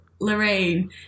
Lorraine